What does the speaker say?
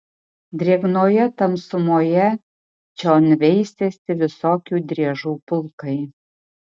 drėgnoje tamsumoje čion veisėsi visokių driežų pulkai